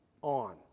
on